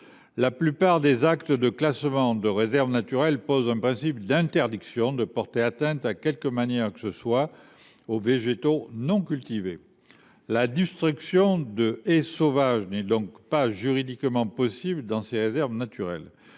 La plupart des actes de classement en réserve naturelle interdisent, par principe, de porter atteinte de quelque manière que ce soit aux végétaux non cultivés. La destruction de haies sauvages n’est donc pas juridiquement possible dans ces réserves.